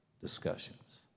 discussions